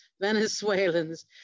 Venezuelans